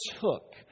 took